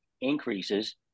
increases